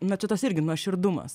na čia tas irgi nuoširdumas